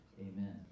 Amen